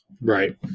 right